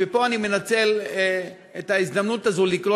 ומפה אני מנצל את ההזדמנות הזאת לקרוא